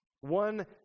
One